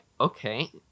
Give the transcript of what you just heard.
okay